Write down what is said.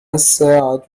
الساعة